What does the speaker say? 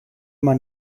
man